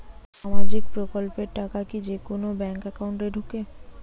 সামাজিক প্রকল্পের টাকা কি যে কুনো ব্যাংক একাউন্টে ঢুকে?